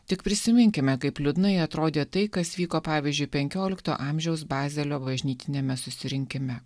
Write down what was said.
tik prisiminkime kaip liūdnai atrodė tai kas vyko pavyzdžiui penkiolikto amžiaus bazelio bažnytiniame susirinkime